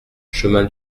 chemin